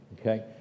Okay